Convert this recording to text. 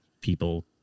people